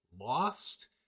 Lost